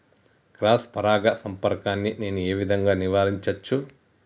Cross పరాగ సంపర్కాన్ని నేను ఏ విధంగా నివారించచ్చు?